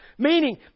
Meaning